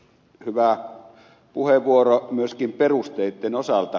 hyvä puheenvuoro myöskin perusteitten osalta